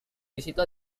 disitu